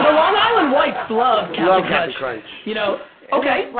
island whites love cap'n crunch. you know okay, like